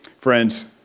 Friends